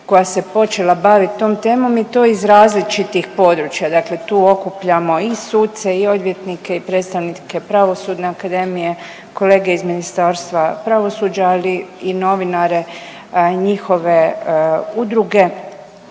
koja se počela bavit tom temom i to iz različitih područja. Dakle, tu okupljamo i suce i odvjetnike i predstavnike Pravosudne akademije, kolege iz Ministarstva pravosuđa, ali i novinare, njihove udruge.